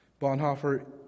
Bonhoeffer